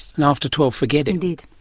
and after twelve forget and it.